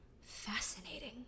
fascinating